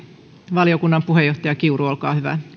valiokunnan puheenjohtaja edustaja krista kiuru olkaa hyvä